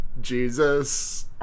Jesus